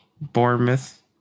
Bournemouth